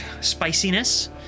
spiciness